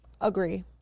Agree